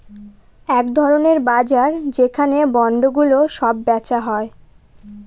এক ধরনের বাজার যেখানে বন্ডগুলো সব বেচা হয়